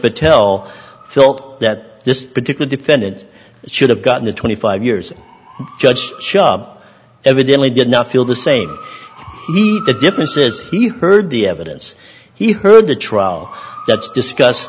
patel felt that this particular defendant should have gotten the twenty five years judge shub evidently did not feel the same the difference is he heard the evidence he heard the trial that's discuss